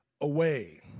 away